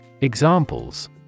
Examples